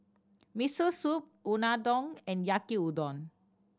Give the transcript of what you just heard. Miso Soup Unadon and Yaki Udon